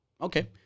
Okay